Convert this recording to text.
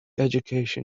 education